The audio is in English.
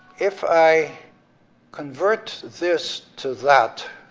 if i convert this to that,